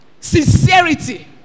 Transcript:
sincerity